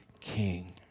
King